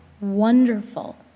wonderful